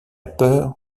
peur